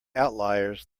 outliers